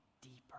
deeper